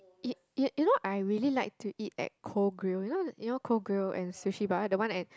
y~ y~ you know I really like to eat at Koh-Grill you know you know Koh-Grill-and-Sushi-Bar the one at